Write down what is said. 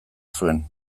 zuen